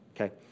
Okay